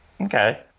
okay